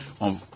on